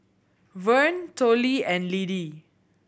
Verne Tollie and Lidie